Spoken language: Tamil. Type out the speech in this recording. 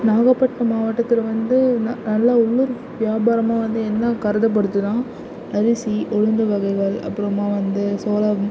நாகப்பட்டினம் மாவட்டத்தில் வந்து நல்ல உள்ளூர் வியபாரமாக வந்து என்ன கருதபடுதுனா அரிசி உளுந்து வகைகள் அப்புறமா வந்து சோளம்